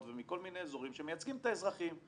ומכל מיני אזורים שמייצגים את האזרחים,